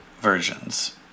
versions